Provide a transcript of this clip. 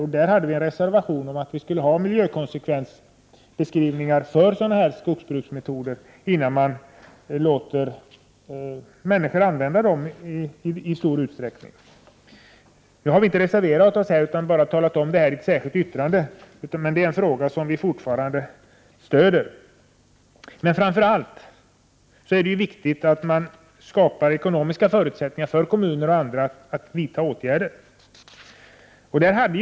Till detta betänkande hade vi fogat en reservation om att miljökonsekvensbeskrivningar skall göras för skogsbruksmetoder innan de får användas i stor utsträckning. Nu har vi inte reserverat oss i detta betänkande. Men i ett särskilt yttrande har vi i centern tillsammans med folkpartiet och miljöpartiet framfört detta krav. Framför allt är det viktigt att det skapas ekonomiska förutsättningar för kommuner och andra att vidta åtgärder.